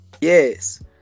Yes